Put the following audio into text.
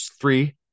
three